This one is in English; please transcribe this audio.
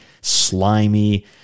slimy